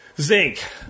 Zinc